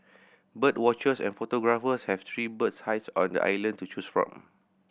bird watchers and photographers have three bird hides on the island to choose from